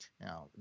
now